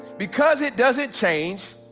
because it doesn't change,